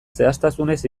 zehaztasunez